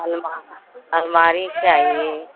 अलमारी अलमारी चाहिए